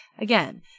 Again